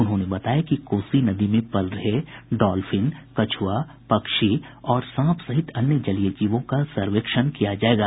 उन्होंने बताया कि कोसी नदी में पल रहे डॉल्फिन कछुआ पक्षी और सांप सहित अन्य जलीय जीवों का सर्वेक्षण किया जायेगा